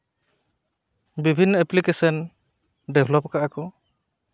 ᱵᱤᱵᱷᱤᱱᱱᱚ application develop ᱠᱟᱜᱼᱟ ᱠᱚ